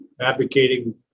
advocating